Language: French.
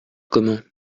commun